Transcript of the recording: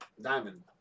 Diamond